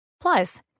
Plus